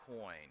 coin